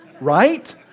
Right